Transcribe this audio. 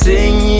Sing